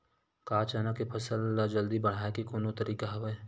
का चना के फसल ल जल्दी बढ़ाये के कोनो तरीका हवय?